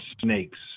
snakes